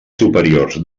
superiors